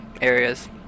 areas